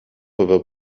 peuvent